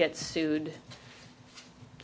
get sued